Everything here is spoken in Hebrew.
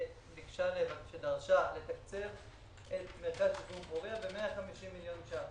הממשלה שדרשה לתקצב את מרכז שיקום פוריה ב-150 מיליון שקל,